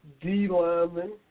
D-lineman